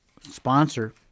sponsor